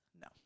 No